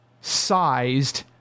sized